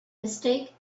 mistake